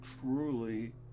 truly